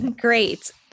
Great